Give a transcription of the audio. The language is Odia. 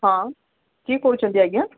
ହଁ କିଏ କହୁଛନ୍ତି ଆଜ୍ଞା